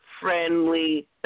friendly